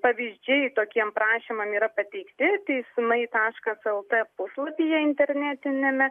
pavyzdžiai tokiem prašymam yra pateikti teismai taškas el t puslapyje internetiniame